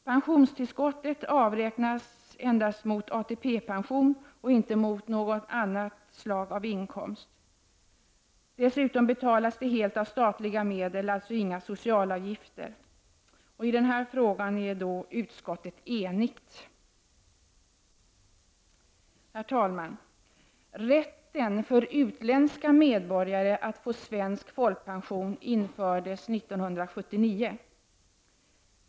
Pensionstillskottet avräknas endast mot ATP-pension och inte mot något annat slag av inkomst. Dessutom betalas det helt av statliga medel, alltså inga s.k. socialavgifter. I den här frågan är utskottet enigt. Herr talman! Rätten för utländska medborgare att få svensk folkpension infördes 1979.